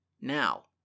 Now